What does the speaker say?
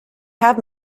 have